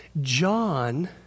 John